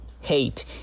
hate